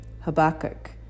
Habakkuk